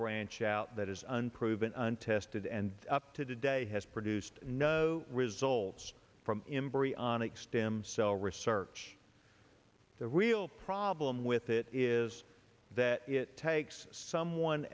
branch out that is unproven untested and up to today has produced no results from imbrie onix dam cell research the real problem with it is that it takes someone